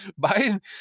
Biden